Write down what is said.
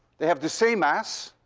they have the same mass,